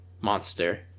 monster